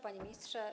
Panie Ministrze!